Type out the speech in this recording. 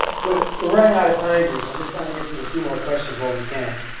we're we're running out of time here, so i'm just trying to get through a few more questions while we can.